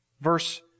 Verse